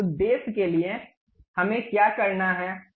उस उद्देश्य के लिए हमें क्या करना है